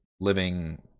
living